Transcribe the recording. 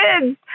kids